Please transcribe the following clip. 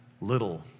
little